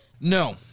No